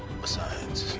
besides.